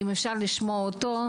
אם אפשר לשמוע אותו.